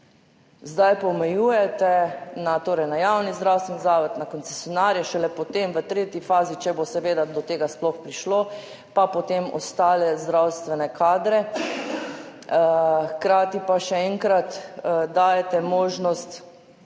Zdaj pa omejujete torej na javni zdravstveni zavod, na koncesionarje, šele potem v tretji fazi, če bo seveda do tega sploh prišlo, pa potem ostale zdravstvene kadre, hkrati pa, še enkrat, dajete možnost